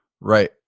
right